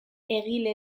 egile